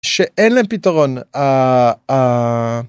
שאין להם פתרון.